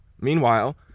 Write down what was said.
Meanwhile